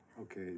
okay